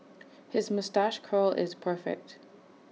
his moustache curl is perfect